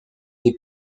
des